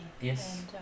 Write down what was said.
yes